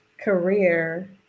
career